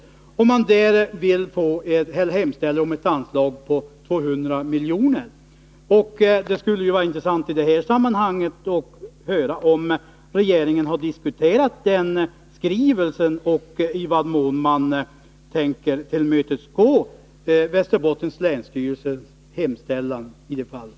Länsstyrelsen hemställer i den skrivelsen om ett anslag på 200 milj.kr. Det skulle vara intressant att i detta sammanhang få höra om regeringen har diskuterat denna skrivelse och i vad mån man tänker tillmötesgå Västerbottens länsstyrelses hemställan i det här fallet.